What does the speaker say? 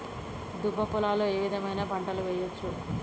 దుబ్బ పొలాల్లో ఏ విధమైన పంటలు వేయచ్చా?